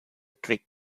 trick